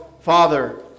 Father